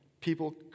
people